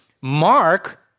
Mark